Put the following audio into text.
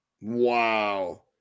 wow